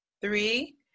three